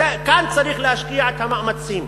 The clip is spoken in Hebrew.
כאן צריך להשקיע את המאמצים,